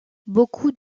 beaucoup